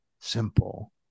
simple